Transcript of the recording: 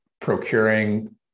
procuring